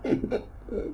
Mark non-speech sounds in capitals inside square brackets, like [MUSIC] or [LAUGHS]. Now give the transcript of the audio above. [LAUGHS]